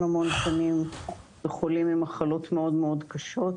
המון שנים בחולים עם מחלות מאוד מאוד קשות,